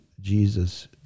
Jesus